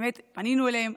פנינו אליהם,